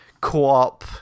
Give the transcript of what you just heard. co-op